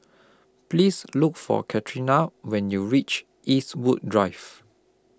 Please Look For Katharina when YOU REACH Eastwood Drive